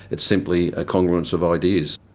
it's simply a congruence of ideas.